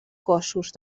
cossos